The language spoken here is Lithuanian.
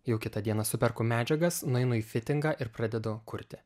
jau kitą dieną superku medžiagas nueinu į fitingą ir pradedu kurti